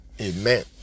Amen